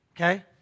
Okay